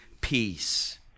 peace